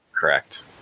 Correct